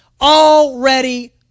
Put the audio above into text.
already